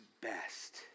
best